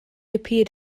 appeared